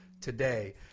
today